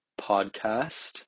Podcast